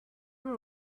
were